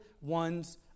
one's